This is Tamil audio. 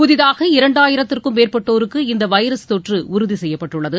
புதிதாக இரண்டாயிரத்திற்கும் மேற்பட்டோருக்கு இந்த வைரஸ் தொற்று உறுதி செய்யப்பட்டுள்ளது